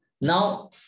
Now